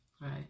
Right